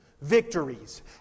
Victories